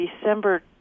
December